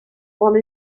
one